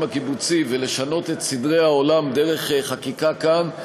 הקיבוצי ולשנות את סדרי העולם דרך חקיקה כאן,